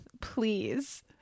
please